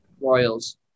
Royals